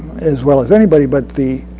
as well as anybody. but the